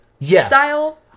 style